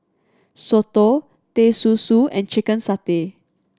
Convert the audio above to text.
soto Teh Susu and chicken satay